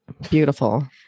Beautiful